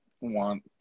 Want